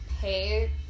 pay